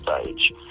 stage